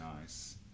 Nice